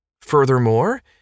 Furthermore